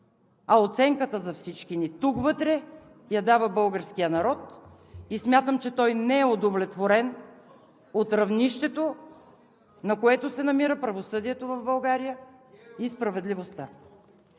а оценката за всички ни тук, вътре, я дава българският народ и смятам, че той не е удовлетворен от равнището, на което се намира правосъдието в България и справедливостта.